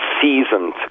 seasoned